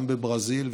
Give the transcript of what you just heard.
גם בברזיל,